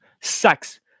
sex